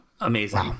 Amazing